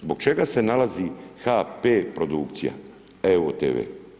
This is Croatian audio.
Zbog čega se nalazi HP produkcija evo-tv?